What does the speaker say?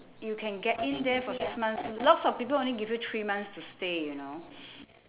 you can get in there for six months lots of people only give you three months to stay you know